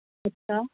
اچھا